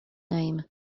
name